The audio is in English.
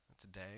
today